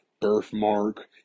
birthmark